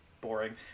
boring